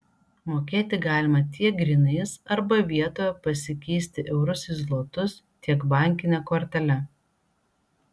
mokėti galima tiek grynais arba vietoje pasikeisti eurus į zlotus tiek bankine kortele